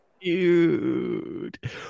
dude